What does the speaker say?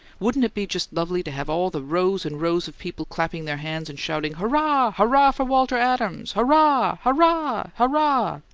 wouldn't it be just lovely to have all the rows and rows of people clapping their hands and shouting, hurrah! hurrah, for walter adams! hurrah! hurrah! hurrah!